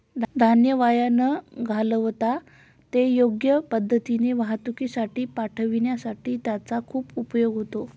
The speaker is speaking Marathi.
धान्य वाया न घालवता ते योग्य पद्धतीने वाहतुकीसाठी पाठविण्यासाठी त्याचा खूप उपयोग होतो